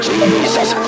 Jesus